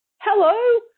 hello